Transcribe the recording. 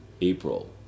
April